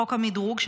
חוק המדרוג,